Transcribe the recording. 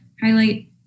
highlight